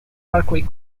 parkway